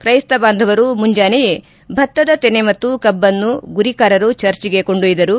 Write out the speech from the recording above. ತ್ರೈಸ್ತ ಬಾಂಧವರು ಮುಂಜಾನೆಯೇ ಭತ್ತದ ತೆನೆ ಮತ್ತು ಕಬ್ಬನ್ನು ಗುರಿಕಾರರು ಚರ್ಚ್ಗೆ ಕೊಂಡೊಯ್ದರು